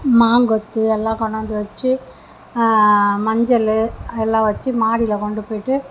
மாங்கொத்து எல்லாம் கொணாந்து வச்சு மஞ்சள் எல்லாம் வச்சு மாடியில் கொண்டு போய்விட்டு